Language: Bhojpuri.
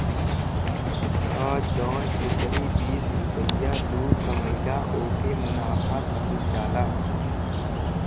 त जौन उपरी बीस रुपइया तू कमइला ओके मुनाफा कहल जाला